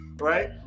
Right